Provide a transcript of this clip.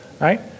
right